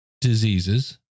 diseases